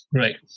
right